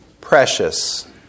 Precious